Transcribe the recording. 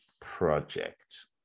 project